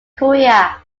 korea